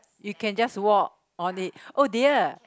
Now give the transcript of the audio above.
you can just walk on it oh dear